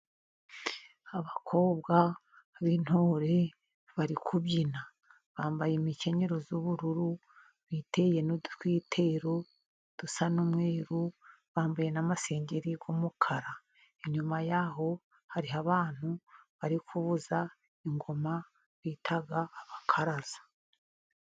Abakobwa b'intore bari kubyina bambaye imikenyero y'ubururu, biteye n'utwitero dusa n'umweru, bambaye n'amasengeri y'umukara. Inyuma y'aho hariho abantu bari kuvuza ingoma bita abakaraza.